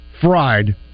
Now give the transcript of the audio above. fried